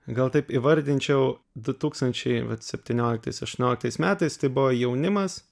gal taip įvardinčiau du tūkstančiai septynioliktais aštuonioliktais metais tai buvo jaunimas